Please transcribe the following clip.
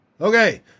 Okay